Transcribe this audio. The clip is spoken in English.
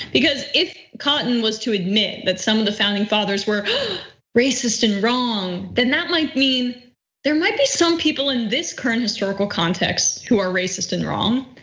because if cotton was to admit that some of the founding fathers were racist and wrong, then that might mean there might be some people in this current historical context who are racist and wrong.